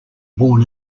born